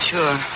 Sure